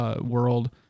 world